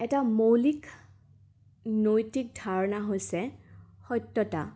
এটা মৌলিক নৈতিক ধাৰণা হৈছে সত্যতা